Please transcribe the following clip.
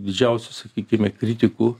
didžiausiu sakykime kritiku